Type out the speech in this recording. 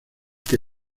que